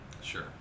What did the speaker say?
Sure